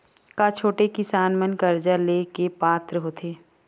का छोटे किसान मन हा कर्जा ले के पात्र होथे?